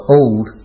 old